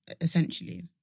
Essentially